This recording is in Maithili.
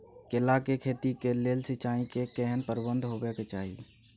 केला के खेती के लेल सिंचाई के केहेन प्रबंध होबय के चाही?